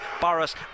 Boris